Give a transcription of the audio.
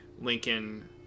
lincoln